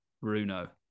Bruno